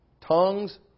Tongues